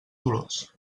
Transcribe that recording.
dolors